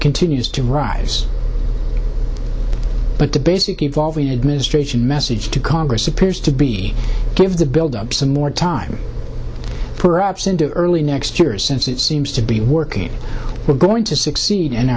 continues to rise but the basic evolving administration message to congress appears to be give the buildup some more time poor ops into early next year since it seems to be working we're going to succeed in